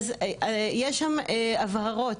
אז יש שם הבהרות,